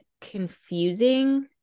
confusing